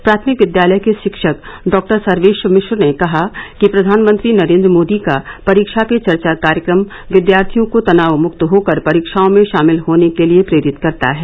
प्राथमिक विद्यालय के शिक्षक डॉक्टर सर्वेष्ट मिश्र ने कहा कि प्रधानमंत्री नरेंद्र मोदी का परीक्षा पे चर्चा कार्यक्रम विद्यार्थियों को तनावमुक्त होकर परीक्षाओं में शामिल होने के लिए प्रेरित करता है